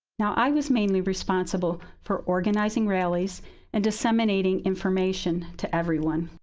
now, i was mainly responsible for organizing rallies and disseminating information to everyone.